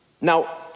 Now